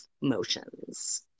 motions